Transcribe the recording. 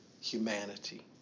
humanity